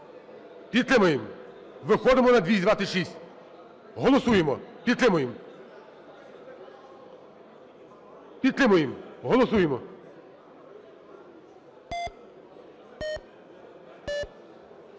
Підтримуємо! Виходимо на 226. Голосуємо. Підтримуємо. Підтримуємо. Голосуємо.